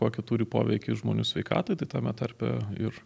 kokį turi poveikis žmonių sveikatai tai tame tarpe ir